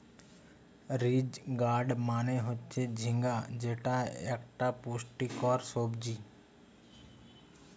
ridge gourd মানে হচ্ছে ঝিঙ্গা যেটা একটা পুষ্টিকর সবজি